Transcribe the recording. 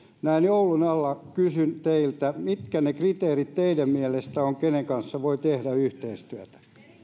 näin joulun alla kysyn teiltä mitkä ne kriteerit teidän mielestänne ovat kenen kanssa voi tehdä yhteistyötä